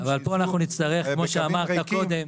שייסעו עם נוסעים במקום בקווים ריקים.